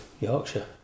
Yorkshire